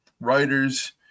Writers